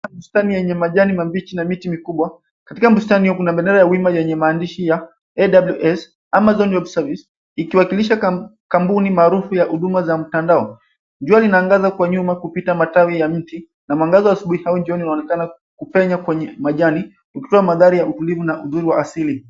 Bustani ya nyama jani mbichi na miti mikubwa. Katika bustani huko kuna bendera ya wima yenye maandishi ya AWS, Amazon Web Service, ikiwakilisha kampuni maarufu ya huduma za mtandao. Jua linaangaza kwa nyuma kupita matawi ya miti na mwangaza wa asubuhi au jioni unaonekana kupenya kwenye majani, ukitoa madhari ya utulivu na uzuri wa asili.